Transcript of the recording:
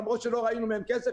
למרות שלא ראינו מהם כסף,